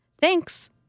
Thanks